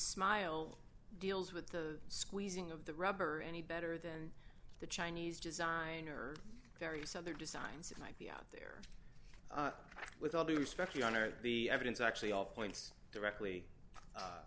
smile deals with the squeezing of the rubber any better than the chinese design or various other designs that might be out there with all due respect your honor the evidence actually off points directly